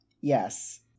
yes